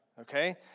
okay